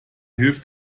hilft